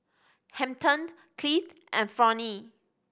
Hampton Cliff and Fronnie